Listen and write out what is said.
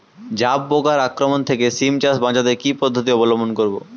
জাব পোকার আক্রমণ থেকে সিম চাষ বাচাতে কি পদ্ধতি অবলম্বন করব?